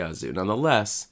Nonetheless